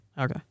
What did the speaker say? okay